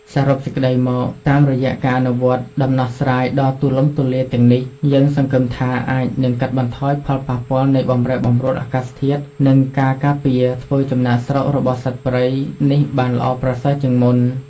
សរុបសេចក្ដីមក តាមរយៈការអនុវត្តដំណោះស្រាយដ៏ទូលំទូលាយទាំងនេះ យើងសង្ឃឹមថាអាចនឹងកាត់បន្ថយផលប៉ះពាល់នៃបម្រែបម្រួលអាកាសធាតុ និងការពារការធ្វើចំណាកស្រុករបស់សត្វព្រៃនេះបានល្អប្រសើរជាងមុន។